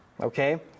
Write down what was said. Okay